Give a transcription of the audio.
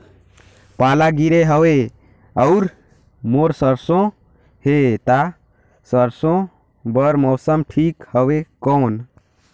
पाला गिरे हवय अउर मोर सरसो हे ता सरसो बार मौसम ठीक हवे कौन?